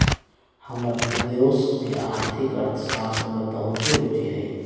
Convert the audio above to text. हमर दोस के आर्थिक अर्थशास्त्र में बहुते रूचि हइ